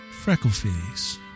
Freckleface